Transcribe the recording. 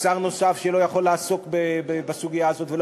שר נוסף שלא יכול לעסוק בסוגיה הזאת ולא